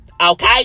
Okay